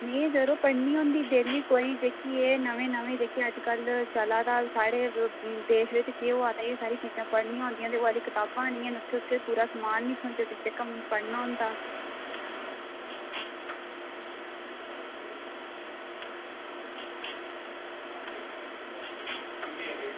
में यरो पढ़नी होन्नी डेली एह् नमें नमें जेह्के अज्जकल चला दा साढ़े देश बिच केह् होआ दा एह् सारियां चीज़ां पढ़ना होंदियां एह् आह्लियां कताबां निं हैन उत्थें ते समान निं थ्होंदा पूरा जेह्का में पढ़ना होंदा